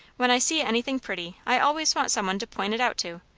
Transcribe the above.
when i see anything pretty, i always want some one to point it out to,